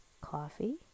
coffee